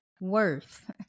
worth